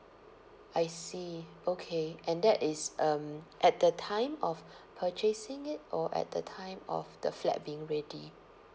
I see okay and that is um at the time of purchasing it or at the time of the flat being ready